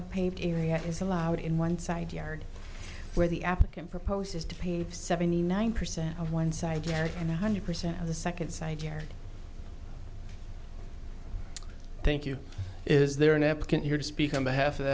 pain area is allowed in one side yard where the applicant proposes to pain seventy nine percent of one side and one hundred percent of the second side care thank you is there an applicant here to speak on behalf of